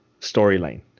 storyline